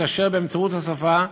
לקשר באמצעות השפה.